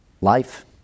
life